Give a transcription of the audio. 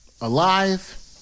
Alive